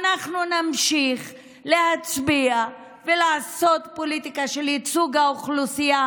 אנחנו נמשיך להצביע ולעשות פוליטיקה של ייצוג האוכלוסייה